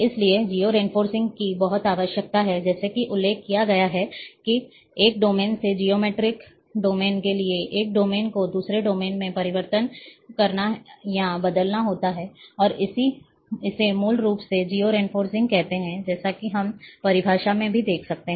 इसलिए georeferencing की बहुत आवश्यकता है जैसा कि उल्लेख किया गया है कि एक डोमेन से जियोमेट्रिक डोमेन के लिए एक डोमेन को दूसरे डोमेन में परिवर्तित करना या बदलना होता है और इसे मूल रूप से जियो रेफ़रिंग कहते हैं जैसा कि हम परिभाषा में भी देख सकते हैं